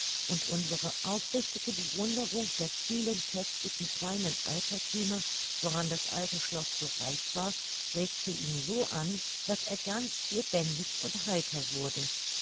und unsere aufrichtige bewunderung der vielen köstlichen kleinen alterthümer woran das alte schloß so reich war regte ihn so an daß er ganz lebendig und heiter wurde